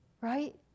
right